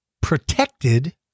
protected